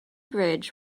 bridge